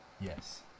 Yes